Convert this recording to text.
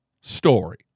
story